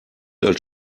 als